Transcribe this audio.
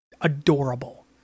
adorable